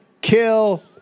kill